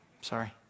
Sorry